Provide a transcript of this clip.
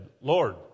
Lord